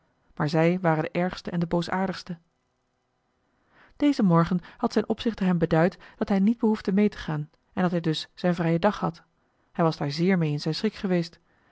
maar zij waren de ergste en de boosaardigste joh h been paddeltje de scheepsjongen van michiel de ruijter dezen morgen had zijn opzichter hem beduid dat hij niet behoefde mee te gaan en dat hij dus zijn vrijen dag had hij was daar zeer mee in zijn schik geweest